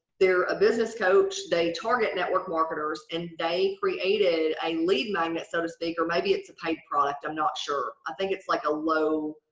they're a business coach. they target network marketers and they created a lead magnet so to speak or maybe it's a paid product. i'm not sure. i think it's like a low,